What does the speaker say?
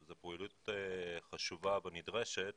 זו פעילות חשובה ונדרשת,